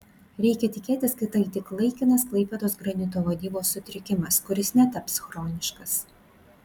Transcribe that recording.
reikia tikėtis kad tai tik laikinas klaipėdos granito vadybos sutrikimas kuris netaps chroniškas